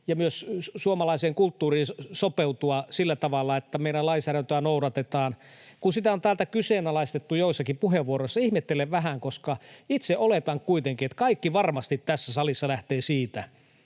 ja myös suomalaiseen kulttuuriin sopeutua sillä tavalla, että meidän lainsäädäntöä noudatetaan. Kun sitä on täältä kyseenalaistettu joissakin puheenvuoroissa, niin ihmettelen vähän, koska itse oletan kuitenkin, että kaikki varmasti tässä salissa lähtee siitä,